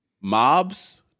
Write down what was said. mobs